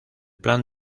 plan